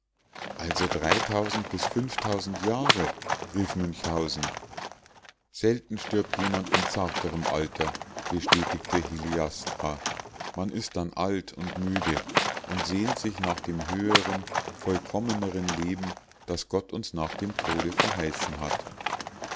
also bis jahre rief münchhausen selten stirbt jemand in zarterem alter bestätigte heliastra man ist dann alt und müde und sehnt sich nach dem höheren vollkommeneren leben das gott uns nach dem tode verheißen hat